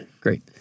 great